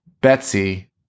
Betsy